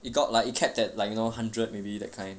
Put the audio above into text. you got like it kept at like you know one hundred maybe that kind